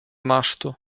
masztu